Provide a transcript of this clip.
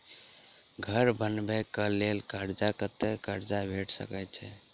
घर बनबे कऽ लेल कर्जा कत्ते कर्जा भेट सकय छई?